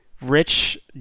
rich